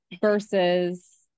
versus